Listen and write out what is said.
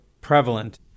prevalent